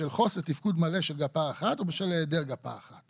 בשל חוסר תפקוד מלא של גפה אחת או בשל העדר גפה אחת".